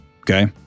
Okay